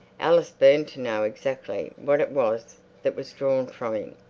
alice burned to know exactly what it was that was drawn from him.